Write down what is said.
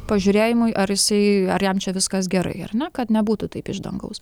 pažiūrėjimui ar jisai ar jam čia viskas gerai ar ne kad nebūtų taip iš dangaus